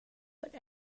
but